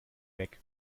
weg